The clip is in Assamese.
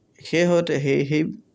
সেইহতে সেই সেই